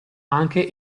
anche